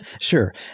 Sure